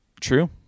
True